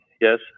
Yes